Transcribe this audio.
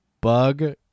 bug